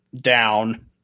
down